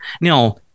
Now